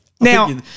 Now